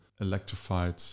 electrified